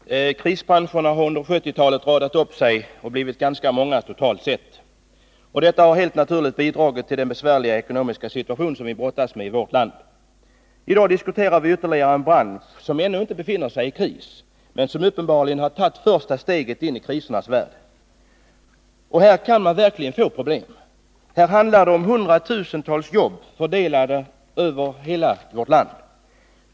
Herr talman! Krisbranscherna har under 1970-talet radat upp sig och blivit ganska många totalt sett. Detta har helt naturligt bidragit till den besvärliga ekonomiska situation som vi brottas med. I dag diskuterar vi ytterligare en bransch som ännu inte befinner sig i kris, men som uppenbarligen har tagit första steget in i krisernas värld. Här kan man verkligen få problem. Det handlar om hundratusentals jobb, fördelade på hela vårt land.